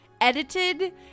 edited